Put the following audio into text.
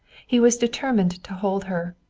he was determined to hold her,